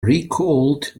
recalled